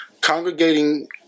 congregating